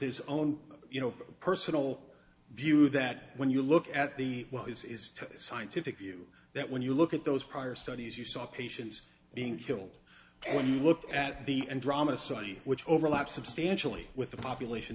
his own you know personal view that when you look at the well this is a scientific view that when you look at those prior studies you saw patients being killed when you look at the end drama study which overlap substantially with the population